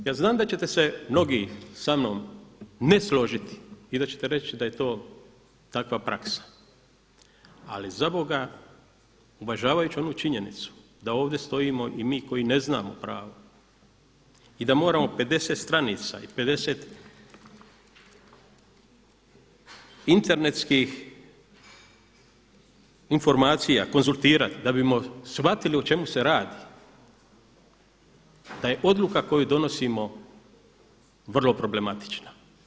Ja znam da ćete se mnogi sa mnom ne složiti i da ćete reći da je takva praksa, ali za Boga uvažavajući onu činjenicu da ovdje stojimo i mi koji ne znamo pravo i da moramo 50 stranica i 50 internetskih informacija konzultirati dabimo shvatili o čemu se radi, da je odluka koju donosimo vrlo problematična.